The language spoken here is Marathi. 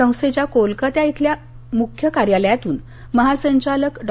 संस्थेच्या कोलकाता इथल्या मुख्य कार्यालयातून महासंचालक डॉ